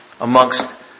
amongst